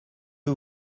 que